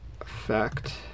effect